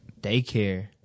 Daycare